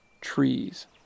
trees